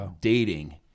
dating